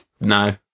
No